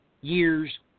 years